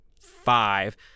five